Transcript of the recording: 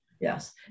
Yes